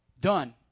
done